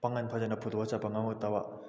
ꯄꯥꯡꯒꯜ ꯐꯖꯅ ꯐꯨꯗꯣꯛꯑꯒ ꯆꯠꯄ ꯉꯝꯂꯛꯇꯕ